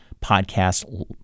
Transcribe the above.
podcast